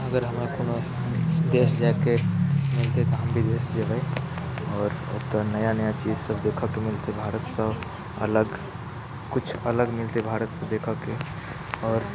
अगर हमरा कोनो देश जायके मिलतै तऽ हम विदेश जेबै आओर ओतय नया नया चीजसभ देखयके मिलतै भारतसँ अलग किछु अलग मिलतै भारतसँ देखयके आओर